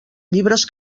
llibres